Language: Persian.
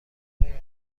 های